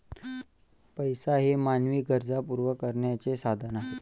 पैसा हे मानवी गरजा पूर्ण करण्याचे साधन आहे